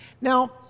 now